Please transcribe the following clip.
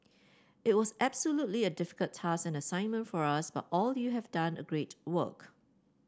it was absolutely a difficult task and assignment for us but you all have done a great work